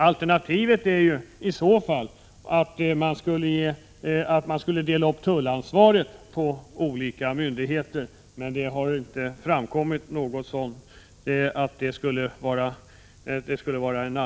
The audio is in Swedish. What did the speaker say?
Alternativet vore att dela upp tullansvaret på olika myndigheter, men det har inte framkommit att det skulle vara en väg att gå.